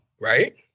right